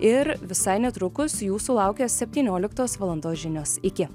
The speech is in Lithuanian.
ir visai netrukus jūsų laukia septynioliktos valandos žinios iki